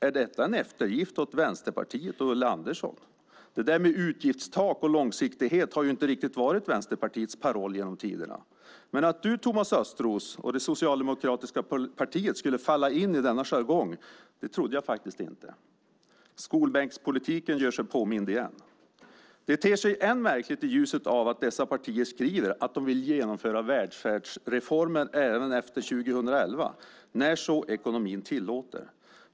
Är detta en eftergift åt Vänsterpartiet och Ulla Andersson? Det där med utgiftstak och långsiktighet har ju inte riktigt varit Vänsterpartiets paroll genom tiderna. Men att du, Thomas Östros, och det socialdemokratiska partiet skulle falla in i denna jargong trodde jag faktiskt inte. Skolbänkspolitiken gör sig påmind igen. Det ter sig märkligt i ljuset av att dessa partier skriver att de vill genomföra välfärdsreformer även efter 2011, när så ekonomin tillåter.